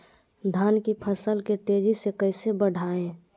धान की फसल के तेजी से कैसे बढ़ाएं?